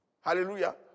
Hallelujah